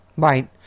Right